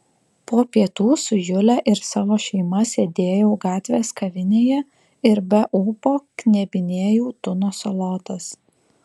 po pietų su jule ir savo šeima sėdėjau gatvės kavinėje ir be ūpo knebinėjau tuno salotas